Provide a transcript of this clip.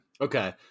Okay